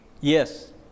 yes